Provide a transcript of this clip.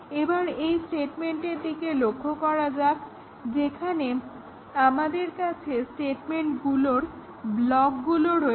এবার এই স্টেটেমেন্টের দিকে লক্ষ্য করা যেখানে আমাদের কাছে স্টেটেমেন্টগুলোর ব্লকগুলো রয়েছে